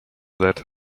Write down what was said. that